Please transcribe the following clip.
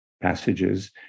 passages